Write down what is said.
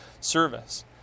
service